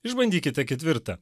išbandykite ketvirtą